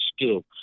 skill